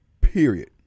period